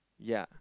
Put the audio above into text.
ya